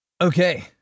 Okay